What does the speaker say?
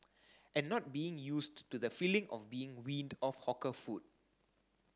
and not being used to the feeling of being weaned off hawker food